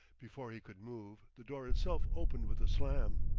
before he could move, the door itself opened with a slam.